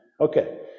Okay